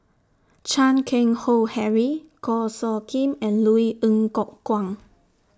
Chan Keng Howe Harry Goh Soo Khim and Louis Ng Kok Kwang